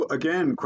again